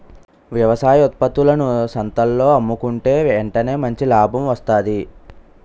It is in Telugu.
వ్యవసాయ ఉత్త్పత్తులను సంతల్లో అమ్ముకుంటే ఎంటనే మంచి లాభం వస్తాది